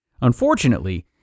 Unfortunately